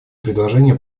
предложения